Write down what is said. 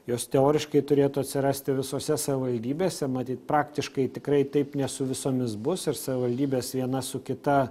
jos teoriškai turėtų atsirasti visose savivaldybėse matyt praktiškai tikrai taip nesu visomis bus ir savivaldybės viena su kita